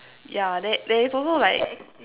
yeah there there is also like